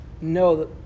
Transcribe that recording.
no